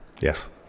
Yes